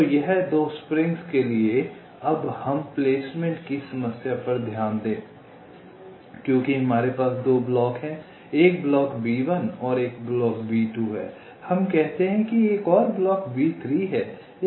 तो यह दो स्प्रिंग्स के लिए है अब हम प्लेसमेंट की समस्या पर ध्यान दें क्योंकि हमारे पास दो ब्लॉक हैं एक ब्लॉक B1 और एक ब्लॉक B2 है हम कहते हैं कि एक और ब्लॉक B3 है